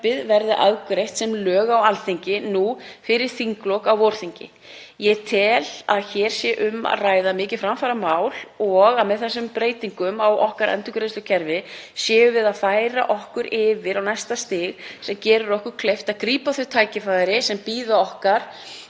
verði afgreitt sem lög á Alþingi nú fyrir þinglok, á vorþingi. Ég tel að um sé að ræða mikið framfaramál og að með þessum breytingum á endurgreiðslukerfi okkar séum við að færa okkur yfir á næsta stig sem geri okkur kleift að grípa þau tækifæri sem bíða okkar